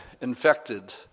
infected